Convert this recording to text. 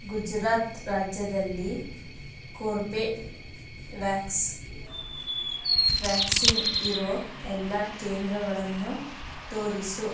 ಗುಜರಾತ್ ರಾಜ್ಯದಲ್ಲಿ Corbevax vaccine ಇರೋ ಎಲ್ಲ ಕೇಂದ್ರಗಳನ್ನು ತೋರಿಸು